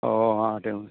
अ हादों